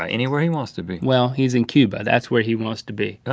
um anywhere he wants to be. well, he's in cuba. that's where he wants to be.